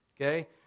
okay